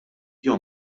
jew